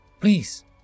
Please